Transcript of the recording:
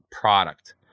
product